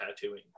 tattooing